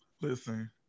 Listen